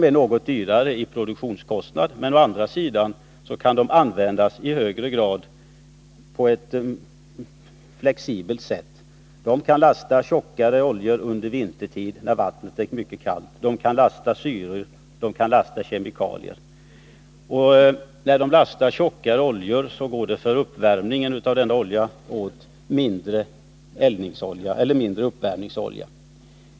Produktionskostnaderna är något högre, men å andra sidan kan de användas på ett flexibelt sätt. De kan lasta tjockare oljor under vintertid när vattnet är mycket kallt, de kan lasta syror och andra kemikalier. När de lastar tjockare olja går det åt mindre uppvärmningsolja.